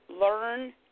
learn